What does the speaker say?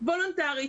וולונטרית,